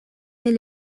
mais